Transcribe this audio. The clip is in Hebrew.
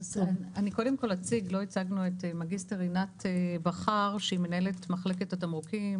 לא הצגנו את מגיסטר רינת בכר שהיא מנהלת מחלקת התמרוקים,